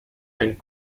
and